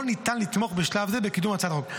לא ניתן לתמוך בשלב זה בקידום הצעת החוק.